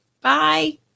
Bye